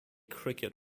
cricket